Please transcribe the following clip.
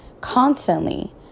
constantly